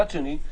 צד שני,